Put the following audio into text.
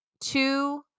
two